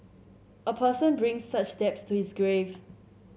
a person brings such to his grave